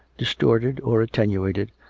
distorted or attenuated,